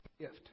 gift